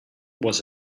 was